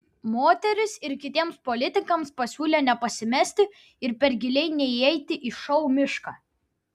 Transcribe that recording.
moteris ir kitiems politikams pasiūlė nepasimesti ir per giliai neįeiti į šou mišką